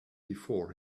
before